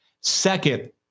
Second